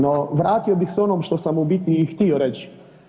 No, vratio bih se onom što sam u biti i htio reći.